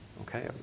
okay